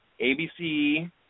ABC